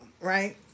right